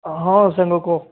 ହଁ ସାଙ୍ଗ କୁହ